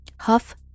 Huff